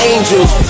Angels